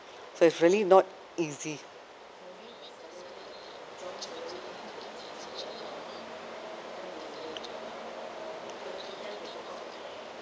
so it's really not easy